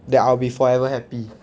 that I will be forever happy